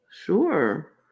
Sure